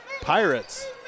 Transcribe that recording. Pirates